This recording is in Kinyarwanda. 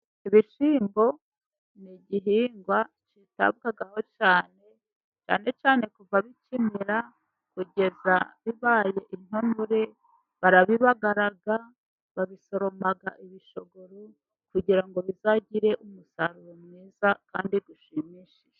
Ibishyimbo ni igihingwa kitabwaho cyane, cyane cyane kuva bikimera kugeza bibaye intonore, barabibagara, babisoroma ibishogoro, kugira ngo bizagire umusaruro mwiza kandi ushimishije.